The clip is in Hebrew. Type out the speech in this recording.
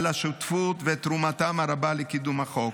על השותפות ותרומתם הרבה לקידום החוק.